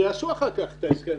שיעשו אחר כך את ההסכם,